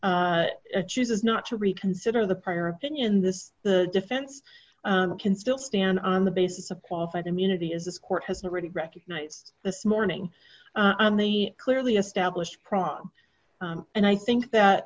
or chooses not to reconsider the prior opinion this the defense can still stand on the basis of qualified immunity is this court has already recognized this morning on the clearly established process and i think that